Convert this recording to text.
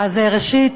ראשית,